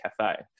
cafe